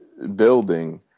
building